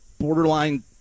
Borderline